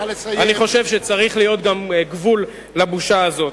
אני חושב שצריך להיות גבול לבושה הזאת.